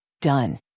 Done